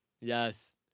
yes